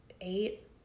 eight